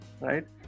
right